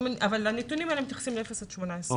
הנתונים האלה מתייחסים לאפס עד 18,